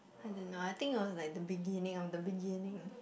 I didn't know I think it was like the beginning of the beginning